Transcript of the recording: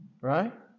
Right